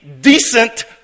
decent